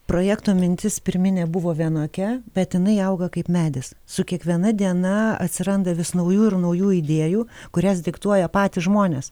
projekto mintis pirminė buvo vienokia bet jinai auga kaip medis su kiekviena diena atsiranda vis naujų ir naujų idėjų kurias diktuoja patys žmonės